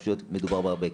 מדובר בהרבה כסף.